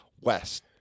west